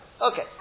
Okay